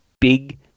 big